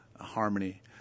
harmony